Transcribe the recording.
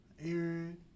Aaron